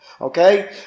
Okay